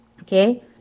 Okay